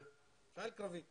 חייל קרבי.